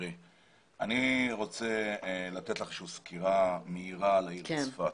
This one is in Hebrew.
אני רוצה לתת לך איזושהי סקירה מהירה על העיר צפת,